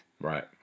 Right